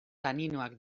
taninoak